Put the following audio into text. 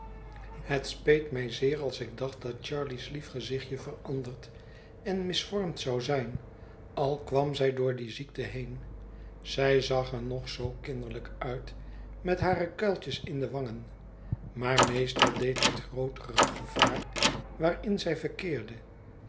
het speet mij zeer als ik dacht dat charley's lief gezichtje veranderd en misvormd zou zijn al kwam zij door die ziekte heen zij zag er nog zoo kinderlijk uit met hare kuiltjes in de wangen maar meestal deed het grootere gevaar waarin zij verkeerde